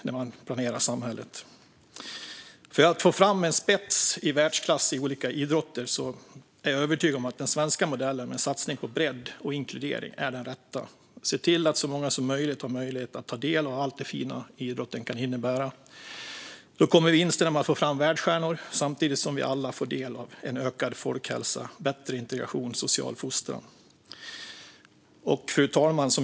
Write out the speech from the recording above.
När det gäller att få fram en spets i världsklass inom olika idrotter är jag övertygad om att den svenska modellen med en satsning på bredd och inkludering är den rätta. Om man ser till att så många som möjligt har möjlighet att ta del av allt det fina som idrotten kan innebära kommer vinsterna med att få fram världsstjärnor samtidigt som vi alla får del av ökad folkhälsa, bättre integration och social fostran. Fru talman!